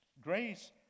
grace